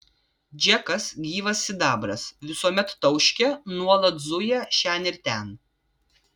džekas gyvas sidabras visuomet tauškia nuolat zuja šen ir ten